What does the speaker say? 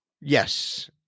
Yes